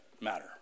matter